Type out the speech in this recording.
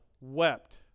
wept